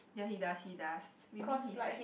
ya he does he does maybe he's like